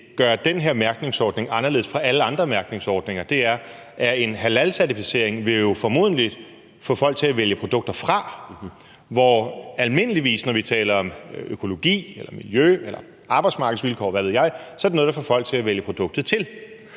gøre den her mærkningsordning anderledes i forhold til alle andre mærkningsordninger, er, at en halalcertificering jo formodentlig vil få folk til at vælge produkter fra, hvor det almindeligvis, når vi taler om økologi, miljø, arbejdsmarkedsvilkår, eller hvad ved jeg, er noget, der får folk til at vælge produktet til.